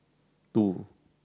two